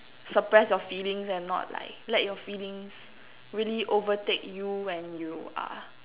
suppress your feelings and not like let your feelings really overtake you when you are